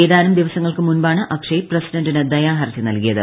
ഏതാനും ദിവസങ്ങൾക്ക് മുമ്പാണ് അക്ഷയ് പ്രസിഡന്റിന് ദയാഹർജി നൽകിയത്